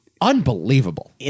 Unbelievable